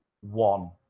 One